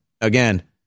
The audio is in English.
again